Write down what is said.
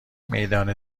میدان